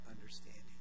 understanding